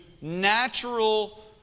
natural